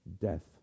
Death